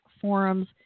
Forum's